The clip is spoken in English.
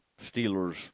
Steelers